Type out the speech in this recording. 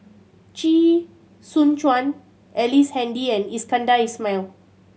Chee Soon Juan Ellice Handy and Iskandar Ismail